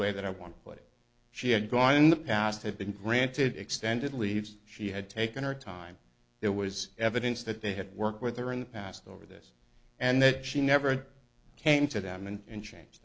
way that i want to put it she had gone in the past had been granted extended leave she had taken her time there was evidence that they had worked with her in the past over this and that she never came to them and change